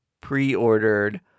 pre-ordered